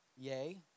Yay